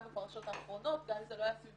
גם בפרשות האחרונות, גם אם זה לא היה דמי